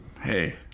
Hey